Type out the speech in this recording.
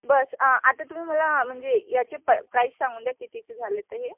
बस आता तुम्ही मला म्हणजे याचे प प्राइस सांगून द्या कितीची झाले आहेत हे